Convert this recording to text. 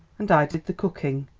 and i did the cooking.